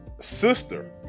sister